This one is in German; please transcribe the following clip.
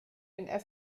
den